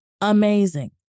Amazing